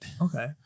Okay